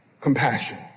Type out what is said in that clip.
compassion